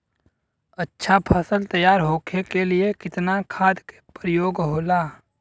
अच्छा फसल तैयार होके के लिए कितना खाद के प्रयोग होला?